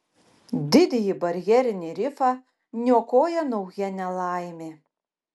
didįjį barjerinį rifą niokoja nauja nelaimė